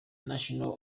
national